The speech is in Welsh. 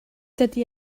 dydy